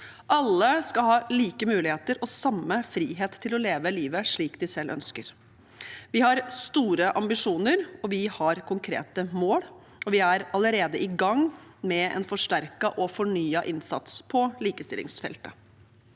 Alle skal ha like muligheter og samme frihet til å leve livet slik de selv ønsker. Vi har store ambisjoner og konkrete mål, og vi er allerede i gang med en forsterket og fornyet innsats på likestillingsfeltet.